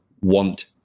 want